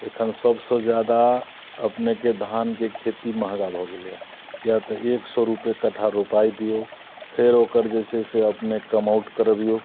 एखन सबसँ जादा अपनेके धानके खेती महगा भऽ गेलैये या तऽ एक सए रुपैये कट्ठा रोपाइ दियौ फेर ओकर जे छै से अपने कमौट करबियौ